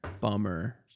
Bummer